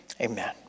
amen